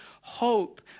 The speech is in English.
hope